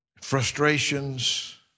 frustrations